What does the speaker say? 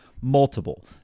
multiple